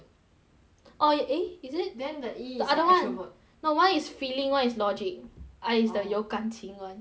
oh eh is it then the E is like extrovert the other [one] no one is feeling one is logic orh I is the 有感情 [one]